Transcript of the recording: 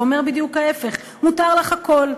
זה אומר בדיוק ההפך: מותר לך הכול.